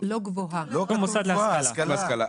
"להשכלה".